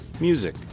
music